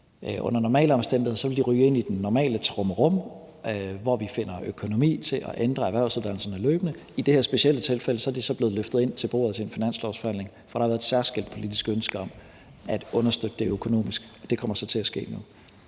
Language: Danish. Under normale omstændigheder ville det ryge ind i den normale trummerum, hvor vi løbende finder økonomi til at ændre erhvervsuddannelserne. I det her specielle tilfælde er det så blevet løftet ind til bordet til en finanslovsforhandling. For der har været et særskilt politisk ønske om at understøtte det økonomisk, og det kommer så nu til at ske.